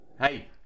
Hey